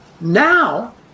Now